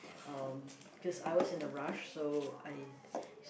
um cause I was in a rush so I